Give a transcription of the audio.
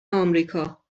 آمریکا